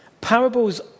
Parables